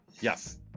Yes